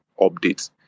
updates